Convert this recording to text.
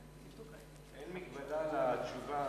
אדוני, אין מגבלה על התשובה?